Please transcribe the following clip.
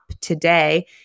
today